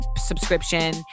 subscription